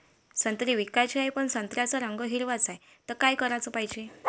संत्रे विकाचे हाये, पन संत्र्याचा रंग हिरवाच हाये, त का कराच पायजे?